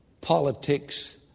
politics